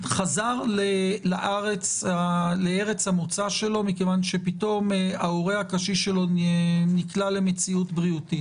חזר לארץ המוצא שלו מכיוון שפתאום ההורה הקשיש שלו נקלע לבעיה בריאותית,